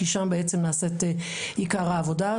כי שם בעצם נעשית עיקר העבודה.